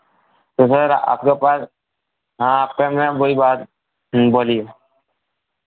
तो सर आपके पास हाँ आपके में वही बात बोलिए